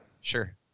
Sure